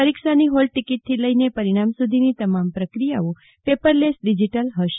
પરીક્ષાની હોલ ટીકીટથી લઈને પરિણામ સુધીની તમામ પ્રક્રિયા પેપરલેસ ડિજીટલ હશે